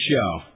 show